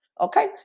okay